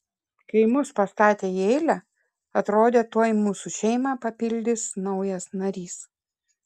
kai mus pastatė į eilę atrodė tuoj mūsų šeimą papildys naujas narys